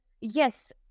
yes